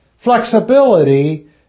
flexibility